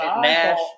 Nash